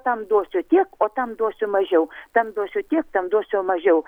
tam duosiu tiek o tam duosiu mažiau tam duosiu tiek tam duosiu mažiau